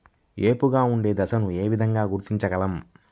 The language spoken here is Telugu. ఏపుగా ఉండే దశను ఏ విధంగా గుర్తించగలం?